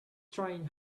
trying